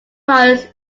riders